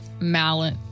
mallet